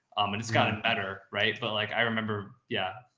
and it's gotten better. right. but like i remember, yeah,